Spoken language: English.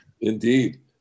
Indeed